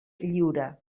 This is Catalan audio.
lliure